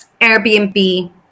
Airbnb